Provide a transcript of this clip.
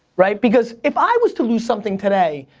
right, because if i was to lose something today,